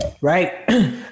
Right